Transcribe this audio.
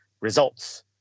results